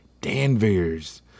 Danvers